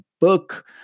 book